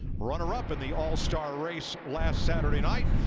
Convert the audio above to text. runner-up in the all-star race last saturday night.